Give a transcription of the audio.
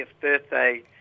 birthday